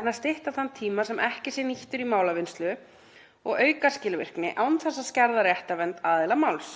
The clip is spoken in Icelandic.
en að stytta þann tíma sem ekki sé nýttur í málavinnslu og auka skilvirkni án þess að skerða réttarvernd aðila máls.